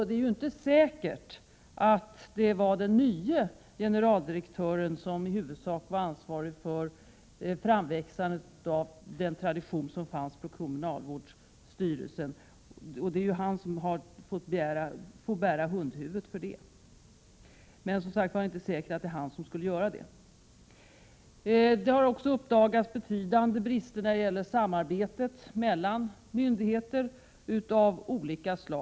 Det är inte säkert att det var den nye generaldirektören som i huvudsak var ansvarig för framväxandet av den tradition som fanns på kriminalvårdsstyrelsen. Men det är han som har fått bära hundhuvudet för detta. Det har också uppdagats betydande brister när det gäller samarbetet mellan myndigheter av olika slag.